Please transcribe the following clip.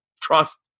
Trust